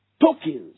Tokens